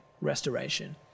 restoration